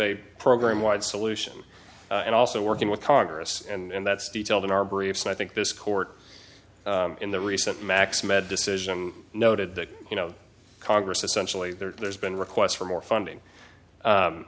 a program wide solution and also working with congress and that's details in our briefs and i think this court in the recent max med decision noted that you know congress essentially there's been requests for more funding